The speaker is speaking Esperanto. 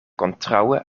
kontraŭe